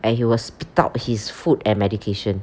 and he will spit out his food and medication